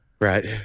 Right